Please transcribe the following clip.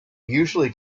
usually